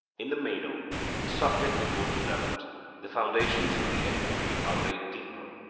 in the meno the subject is more developed the foundations of the enquiry are laid deeper,